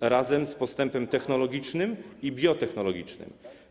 razem z postępem technologicznym i biotechnologicznym.